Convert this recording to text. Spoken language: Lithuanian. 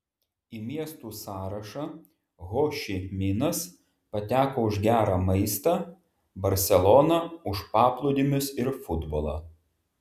į miestų sąrašą ho ši minas pateko už gerą maistą barselona už paplūdimius ir futbolą